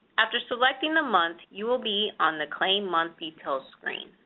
after selecting the month, you will be on the claim month details screen.